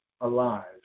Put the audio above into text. alive